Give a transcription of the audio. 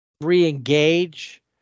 re-engage